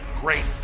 great